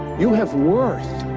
you have worth.